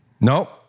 No